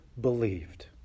believed